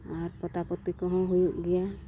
ᱟᱨ ᱯᱚᱛᱟ ᱯᱚᱛᱤ ᱠᱚ ᱦᱚᱸ ᱦᱩᱭᱩᱜ ᱜᱮᱭᱟ